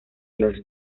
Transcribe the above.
los